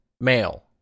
male